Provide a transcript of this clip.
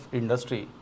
industry